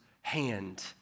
hand